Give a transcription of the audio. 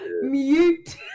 Mute